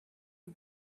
you